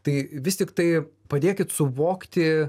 tai vis tiktai padėkit suvokti